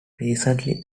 recently